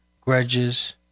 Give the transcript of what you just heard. grudges